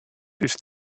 ist